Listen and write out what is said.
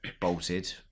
bolted